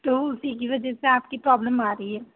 تو اسی کی وجہ سے آپ کی پرابلم آ رہی ہے